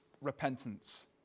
repentance